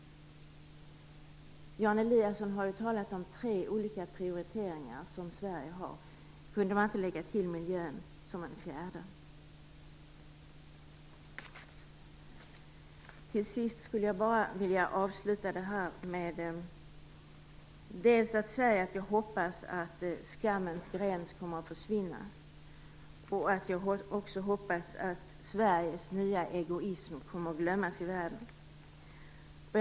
Jan Eliasson har talat om tre olika prioriteringar som Sverige gör. Kunde man inte lägga till miljön som den fjärde? Jag vill avsluta med att säga att jag hoppas att skammens gräns kommer att försvinna och att Sveriges nya egoism kommer att glömmas i världen.